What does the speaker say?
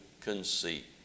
conceit